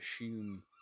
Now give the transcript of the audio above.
assume